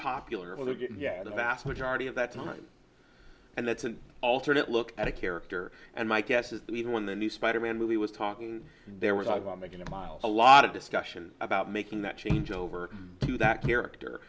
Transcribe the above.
popular with the vast majority of that time and that's an alternate look at a character and my guess is that even when the new spider man movie was talking there was talk about making it miles a lot of discussion about making that change over to that character